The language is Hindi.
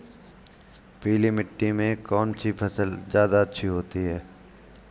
पीली मिट्टी में कौन सी फसल ज्यादा अच्छी होती है?